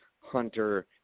Hunter